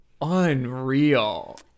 unreal